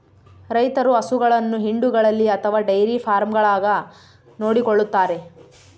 ರೈತರು ಹಸುಗಳನ್ನು ಹಿಂಡುಗಳಲ್ಲಿ ಅಥವಾ ಡೈರಿ ಫಾರ್ಮ್ಗಳಾಗ ನೋಡಿಕೊಳ್ಳುತ್ತಾರೆ